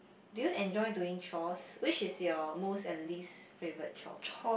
do you enjoy doing chores which is your most and least favorite chores